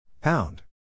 Pound